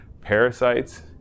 Parasites